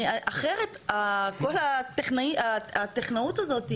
אחרת כל הטכנאות הזאת,